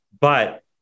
But-